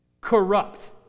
corrupt